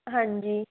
ਹਾਂਜੀ